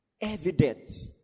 evidence